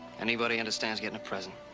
anybody understands getting a present.